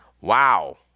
Wow